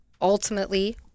ultimately